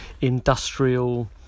industrial